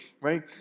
right